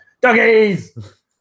Doggies